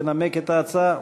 תנמק את ההצעה,